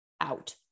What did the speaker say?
out